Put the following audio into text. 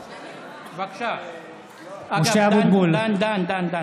בבקשה, דן.